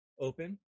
open